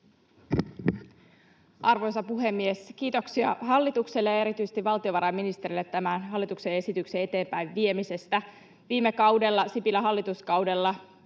Arvoisa puhemies! Kiitoksia hallitukselle ja erityisesti valtiovarainministerille tämän hallituksen esityksen eteenpäinviemisestä. Viime kaudella, Sipilän hallituskaudella,